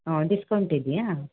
ಹ್ಞೂ ಡಿಸ್ಕೌಂಟ್ ಇದೆಯಾ